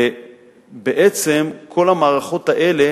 בעצם כל המערכות האלה,